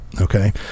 okay